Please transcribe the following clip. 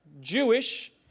Jewish